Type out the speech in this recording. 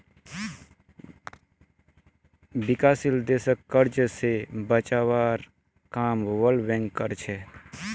विकासशील देशक कर्ज स बचवार काम वर्ल्ड बैंक कर छेक